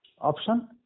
Option